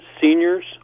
seniors